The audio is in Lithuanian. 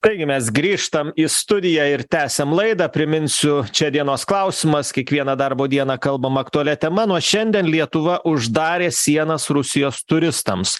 taigi mes grįžtam į studiją ir tęsiam laidą priminsiu čia dienos klausimas kiekvieną darbo dieną kalbam aktualia tema nuo šiandien lietuva uždarė sienas rusijos turistams